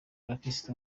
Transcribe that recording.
abakristu